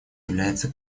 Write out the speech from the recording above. является